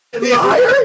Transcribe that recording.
liar